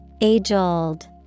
Age-old